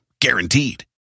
Guaranteed